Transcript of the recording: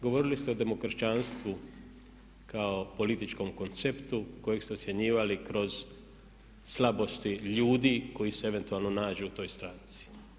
Govorili ste o demokršćanstvu kao političkom konceptu kojeg ste ocjenjivali kroz slabosti ljudi koji se eventualno nađu u toj stranci.